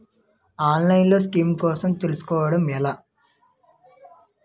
ఆన్లైన్లో స్కీమ్స్ కోసం తెలుసుకోవడం ఎలా?